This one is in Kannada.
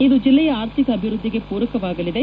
ಇದು ಜಿಲ್ಲೆಯ ಆರ್ಥಿಕ ಅಭಿವೃದ್ಧಿಗೆ ಪೂರಕವಾಗಲಿದೆ